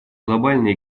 глобальный